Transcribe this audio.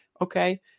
Okay